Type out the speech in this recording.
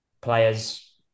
players